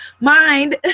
mind